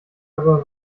aber